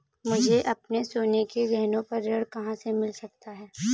मुझे अपने सोने के गहनों पर ऋण कहाँ से मिल सकता है?